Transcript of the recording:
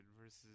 versus